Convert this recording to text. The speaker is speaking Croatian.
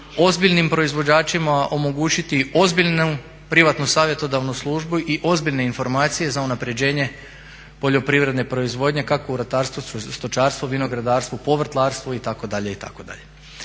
ozbiljnim proizvođačima omogućiti ozbiljnu privatnu savjetodavnu službu i ozbiljne informacije za unapređenje poljoprivredne proizvodnje kako u ratarstvu, stočarstvu, vinogradarstvu, povrtlarstvu itd.,